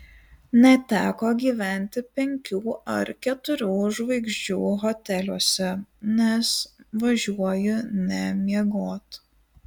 neteko gyventi penkių ar keturių žvaigždžių hoteliuose nes važiuoju ne miegot